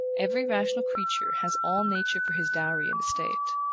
every rational creature has all nature for his dowry and estate.